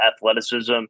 athleticism